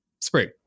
Spring